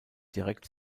direkt